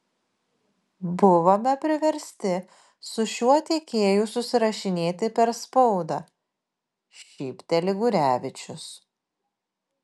buvome priversti su šiuo tiekėju susirašinėti per spaudą šypteli gurevičius